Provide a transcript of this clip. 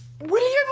William